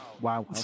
wow